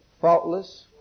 faultless